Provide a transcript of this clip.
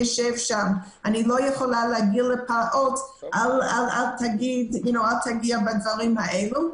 אני לא יכולה להגיד לפעוט אל תיגע בדברים האלו.